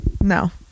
no